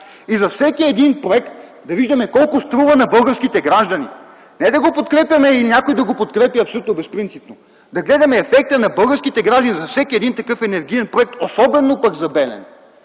и за всеки един проект да виждаме колко струва на българските граждани. Не да го подкрепяме, или някой да го подкрепя абсолютно безпринципно: да гледаме ефекта на българските граждани за всеки един такъв енергиен проект, особено пък за Белене.